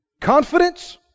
Confidence